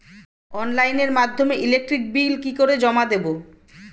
অনলাইনের মাধ্যমে electric bill কি করে জমা দেবো?